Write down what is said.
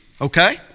okay